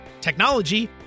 technology